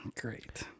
Great